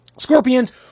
Scorpions